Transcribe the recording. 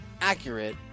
Accurate